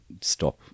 stop